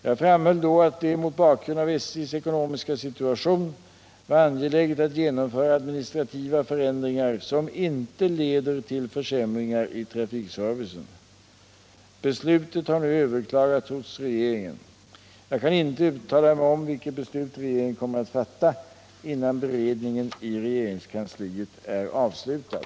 Jag framhöll då att det — mot bakgrund av SJ:s ekonomiska situation — var angeläget att genomföra administrativa förändringar som inte leder till försämringar i trafikservicen. Beslutet har nu överklagats hos regeringen. Jag kan inte uttala mig om vilket beslut regeringen kommer att fatta innan beredningen i regeringskansliet är avslutad.